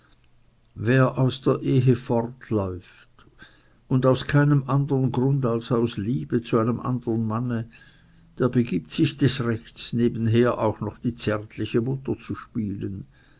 wer aus der ehe fortläuft und aus keinem andern grund als aus liebe zu einem andern manne der begibt sich des rechts nebenher auch noch die zärtliche mutter zu spielen